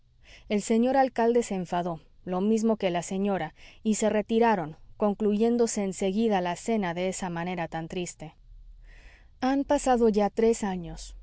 el señor alcalde se enfadó lo mismo que la señora y se retiraron concluyéndose en seguida la cena de esa manera tan triste han pasado ya tres años